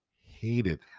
hated